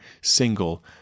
single